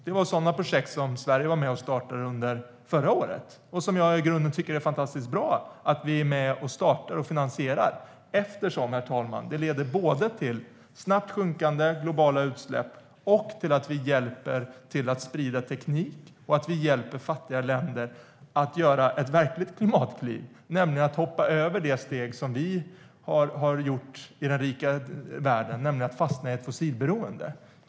Det var sådana projekt Sverige var med och startade under förra året. Jag tycker att det i grunden är fantastiskt bra att vi är med och startar och finansierar sådana projekt eftersom det, herr talman, leder både till snabbt sjunkande globala utsläpp och till spridning av teknik. Det i sin tur hjälper fattiga länder att ta ett verkligt klimatkliv genom att hoppa över det steg som vi tagit i den rika världen, nämligen att fastna i ett fossilberoende.